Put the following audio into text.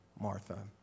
Martha